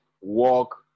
walk